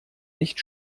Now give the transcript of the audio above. nicht